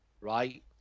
right